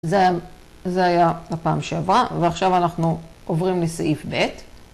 זה היה הפעם שעברה, ועכשיו אנחנו עוברים לסעיף ב'